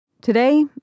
Today